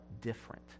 different